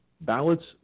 ballots